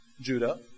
Judah